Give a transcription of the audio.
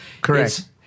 Correct